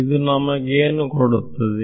ಇದು ನಮಗೆ ಏನು ಕೊಡುತ್ತದೆ